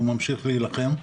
הוא ממשיך להילחם.